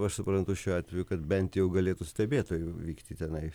aš suprantu šiuo atveju kad bent jau galėtų stebėtojų vykti tenai